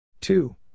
two